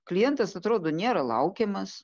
klientas atrodo nėra laukiamas